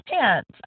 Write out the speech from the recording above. pants